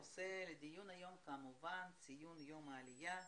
נושא הדיון היום הוא ציון יום העלייה,